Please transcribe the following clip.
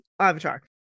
Avatar